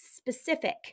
specific